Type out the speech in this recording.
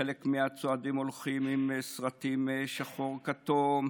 חלק מהצועדים הולכים עם סרטים בשחור-כתום,